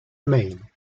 maine